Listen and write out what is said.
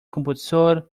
compuso